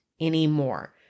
anymore